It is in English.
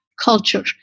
culture